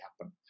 happen